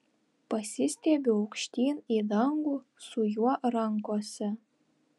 pasistiebiu aukštyn į dangų su juo rankose